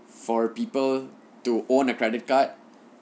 for people to own a credit card